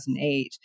2008